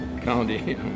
county